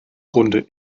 grunde